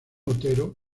otero